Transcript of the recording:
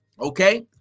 Okay